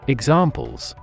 Examples